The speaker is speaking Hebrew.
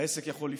העסק יכול לפעול,